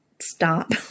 stop